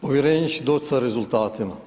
Povjerenje će doć sa rezultatima.